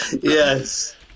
Yes